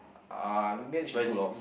uh we manage to pull off